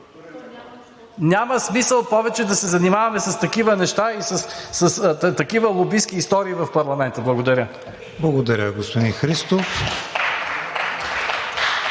Няма смисъл повече да се занимаваме с такива неща и с такива лобистки истории в парламента. Благодаря. (Ръкопляскания от